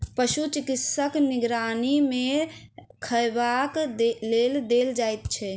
पशु चिकित्सकक निगरानी मे खयबाक लेल देल जाइत छै